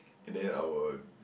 and then I will